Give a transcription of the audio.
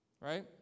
Right